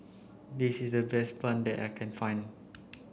this is the best bun that I can find